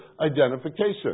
identification